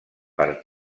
per